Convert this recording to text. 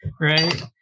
right